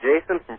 Jason